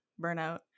burnout